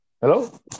Hello